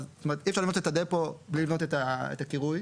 אז זאת אומרת אי אפשר לבנות את הדפו בלי לבנות את הקירוי,